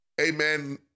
amen